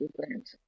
different